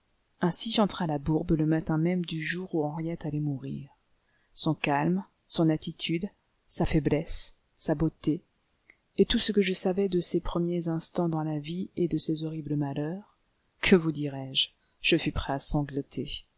ainsi j'entrai à la bourbe le matin même du jour où henriette allait mourir son calme son attitude sa faiblesse sa beauté et tout ce que je savais de ses premiers instants dans la vie et de ses horribles malheurs que vous dirai-je je fus prêt à sangloter